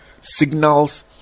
signals